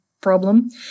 problem